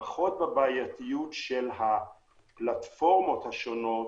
פחות בבעייתיות של הפלטפורמות השונות